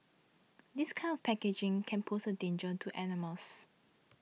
this kind of packaging can pose a danger to animals